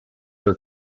her